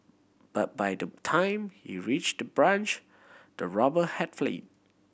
but by the time he reached the branch the robber had